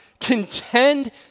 Contend